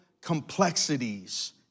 complexities